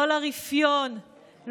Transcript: לא לרפיון,